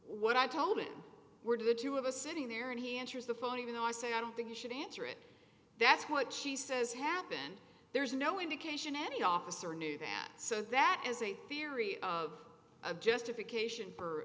what i told him were the two of us sitting there and he answers the phone even though i say i don't think you should answer it that's what she says happened there's no indication any officer knew that so that as a theory of justification